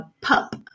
Pup